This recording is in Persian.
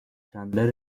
چندلر